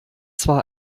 zwar